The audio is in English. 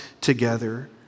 together